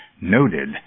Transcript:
noted